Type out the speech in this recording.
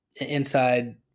inside